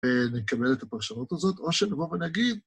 נקבל את הפרשנות הזאת, או שנבוא ונגיד.